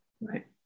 Right